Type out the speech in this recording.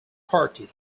party